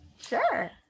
Sure